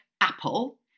Apple